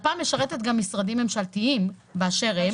לפ"מ משרתת גם משרדים ממשלתיים באשר הם.